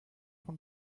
von